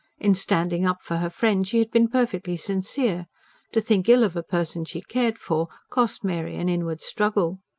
in standing up for her friend she had been perfectly sincere to think ill of a person she cared for, cost mary an inward struggle.